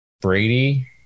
Brady